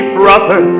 brother